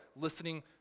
listening